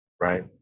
right